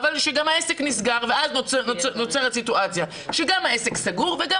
שגם העסק נסגר ואז נוצרת סיטואציה שגם העסק סגור וגם